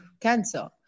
cancer